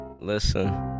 Listen